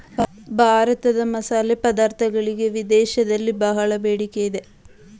ಭಾರತದ ಮಸಾಲೆ ಪದಾರ್ಥಗಳಿಗೆ ವಿದೇಶದಲ್ಲಿ ಬಹಳ ಬೇಡಿಕೆ ಇದೆ